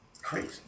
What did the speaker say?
crazy